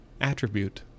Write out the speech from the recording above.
attribute